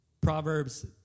Proverbs